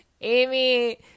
amy